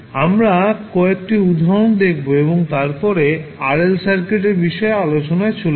আমরা কয়েকটি উদাহরণ দেখবো এবং তারপরে আমরা RL সার্কিটের বিষয়ে আলোচনায় চলে যাব